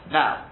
now